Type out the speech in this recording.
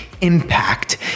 impact